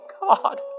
God